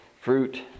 fruit